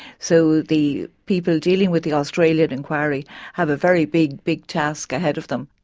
so the people dealing with the australian inquiry have a very big, big task ahead of them.